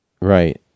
Right